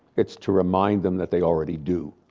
it's to remind them that they all ready do.